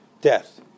death